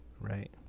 Right